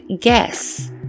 guess